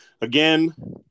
again